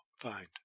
find